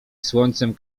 słońcem